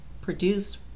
produced